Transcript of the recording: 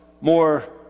more